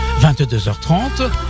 22h30